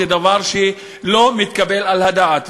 זה דבר שלא מתקבל על הדעת.